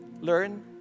learn